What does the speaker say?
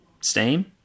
Steam